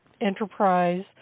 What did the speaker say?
enterprise